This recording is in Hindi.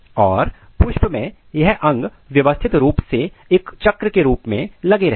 और पुष्प में यह सब अंग व्यवस्थित रूप एक चक्र के रूप में लगे रहते हैं